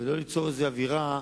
ולא ליצור איזו אווירה,